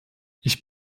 ich